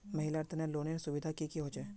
महिलार तने लोनेर सुविधा की की होचे?